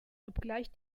obgleich